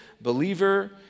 believer